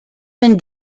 been